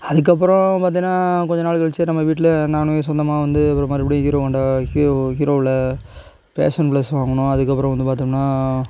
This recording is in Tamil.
அதுக்கப்பறம் பார்த்திங்கன்னா கொஞ்ச நாள் கழிச்சு நம்ம வீட்டில் நான் சொந்தமாக வந்து ஒரு மறுபடியும் ஹீரோ ஹோண்டா ஹீரோ ஹீரோவில பேஷன் ப்ளஸ் வாங்கினோம் அதுக்கப்பறம் வந்து பார்த்தோம்னா